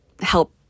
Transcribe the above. help